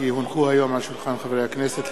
כי הונחו היום על שולחן הכנסת,